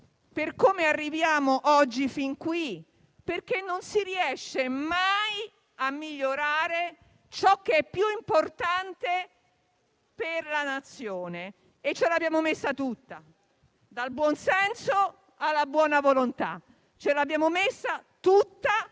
per come arriviamo oggi fin qui e perché non si riesce mai a migliorare ciò che è più importante per la Nazione. E ce l'abbiamo messa tutta, dal buon senso, alla buona volontà. Ce l'abbiamo messa tutta,